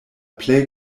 plej